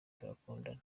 turakundana